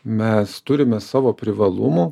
mes turime savo privalumų